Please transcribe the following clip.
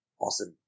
Awesome